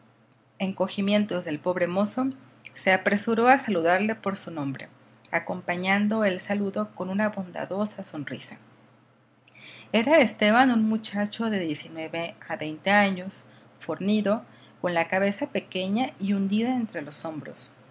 encogimientos del pobre mozo se apresuró a saludarle por su nombre acompañando el saludo con una bondadosa sonrisa era esteban un muchacho de diecinueve a veinte años fornido con la cabeza pequeña y hundida entre los hombros